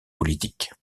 politique